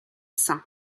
saint